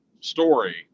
story